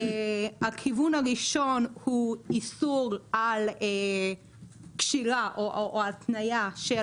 הכיוון הראשון הוא איסור על קשירה או התניה של